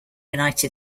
united